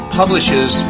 publishes